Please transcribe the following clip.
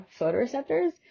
photoreceptors